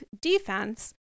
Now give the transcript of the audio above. defense